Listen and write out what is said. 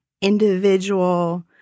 individual